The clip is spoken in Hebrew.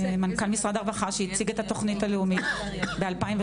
מנכ"ל משרד הרווחה שהציג את התוכנית הלאומית ב-2017.